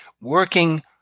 working